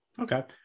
Okay